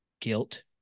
guilt